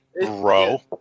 bro